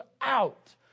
out